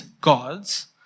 gods